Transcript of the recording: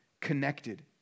connected